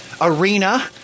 Arena